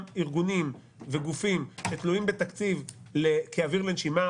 ארגונים וגופים שתלויים בתקציב כאוויר לנשימה,